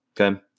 Okay